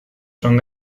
son